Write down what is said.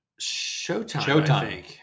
Showtime